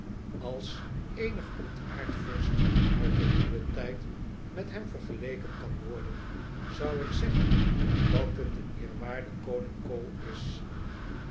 als eenig ontaard vorst uit den nieuwen tijd met hem vergeleken kan worden zou ik zeggen dat het de eerwaardige koning cole is